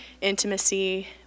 intimacy